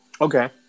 Okay